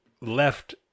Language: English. left